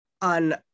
on